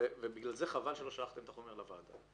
ובגלל זה חבל שלא שלחתם את החומר לוועדה.